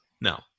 No